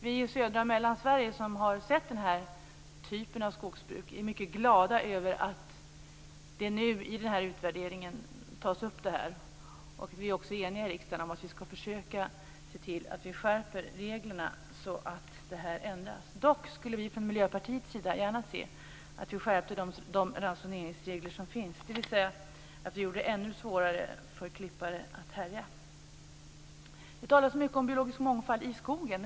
Vi som bor i södra Sverige och i Mellansverige och som har sett denna typ av skogsbruk är mycket glada över att detta tas upp i utvärderingen. Vi är också eniga i riksdagen om att vi skall försöka se till att vi skärper reglerna så att detta ändras. Dock skulle vi från Miljöpartiets sida gärna se att vi skärpte de ransoneringsregler som finns, dvs. att vi gjorde det ännu svårare för klippare att härja. Det talas mycket om biologisk mångfald i skogen.